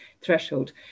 threshold